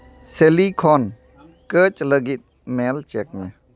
ᱥᱮᱞᱤ ᱠᱷᱚᱱ ᱠᱟᱹᱡ ᱞᱟᱹᱜᱤᱫ ᱢᱮᱞ ᱪᱮᱠ ᱢᱮ